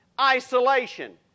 isolation